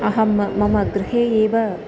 अहं मम गृहे एव